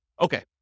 Okay